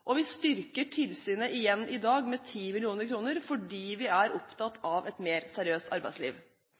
Og vi styrker tilsynet igjen i dag med 10 mill. kr, fordi vi er opptatt av et mer seriøst arbeidsliv.